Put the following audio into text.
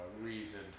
reason